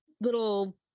little